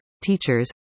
teachers